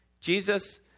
Jesus